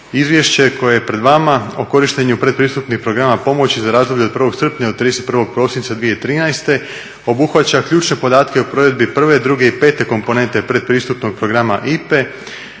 Izvješće koje je pred vama o korištenju pretpristupnih programa pomoći za razdoblje od 1. srpnja do 31. prosinca 2013. obuhvaća ključne podatke o provedbi 1, 2, i 5 komponente pretpristupnog programa